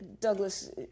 Douglas